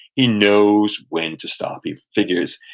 he knows when to stop. he figures,